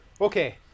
Okay